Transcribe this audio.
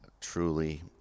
truly